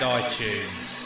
iTunes